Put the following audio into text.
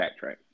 backtrack